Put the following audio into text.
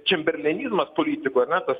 čemberlenizmas politikų ar ne tas